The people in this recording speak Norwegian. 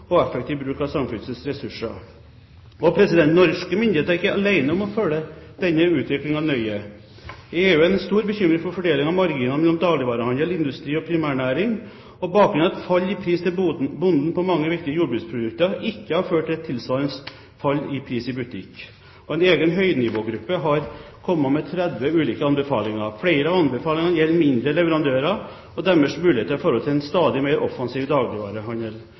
og effektiv bruk av samfunnets ressurser Norske myndigheter er ikke alene om å følge denne utviklingen nøye. I EU er det stor bekymring for fordelingen av marginene mellom dagligvarehandelen, industrien og primærnæringen. Bakgrunnen er at fall i pris til bonden på mange viktige jordbruksprodukter ikke har ført til tilsvarende fall i pris i butikk. En egen høynivågruppe har kommet med 30 ulike anbefalinger. Flere av anbefalingene gjelder mindre leverandører og deres muligheter i forhold til en stadig mer offensiv dagligvarehandel.